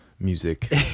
music